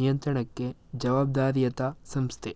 ನಿಯಂತ್ರಣಕ್ಕೆ ಜವಾಬ್ದಾರಿಯತ ಸಂಸ್ಥೆ